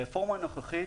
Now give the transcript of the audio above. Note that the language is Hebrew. הרפורמה הנוכחית